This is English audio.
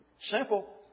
simple